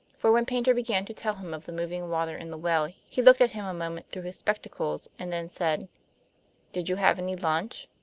for when paynter began to tell him of the moving water in the well he looked at him a moment through his spectacles, and then said did you have any lunch?